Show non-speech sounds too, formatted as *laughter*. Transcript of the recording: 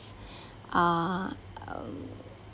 *breath* uh um